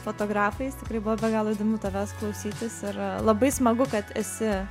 fotografais tikrai buvo be galo įdomu tavęs klausytis ir labai smagu kad esi